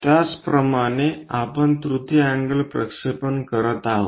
त्याचप्रमाणे आपण तृतीय अँगल प्रक्षेपण करत आहोत